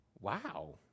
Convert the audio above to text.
Wow